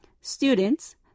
students